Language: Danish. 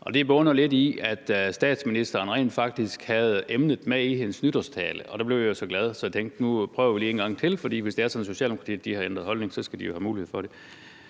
det bunder lidt i, at da statsministeren rent faktisk havde emnet med i sin nytårstale, blev jeg så glad, at jeg tænkte: Nu prøver vi lige en gang til. For hvis det er sådan, at Socialdemokratiet har ændret holdning, skal de jo have mulighed for det.